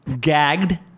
gagged